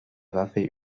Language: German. waffe